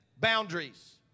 boundaries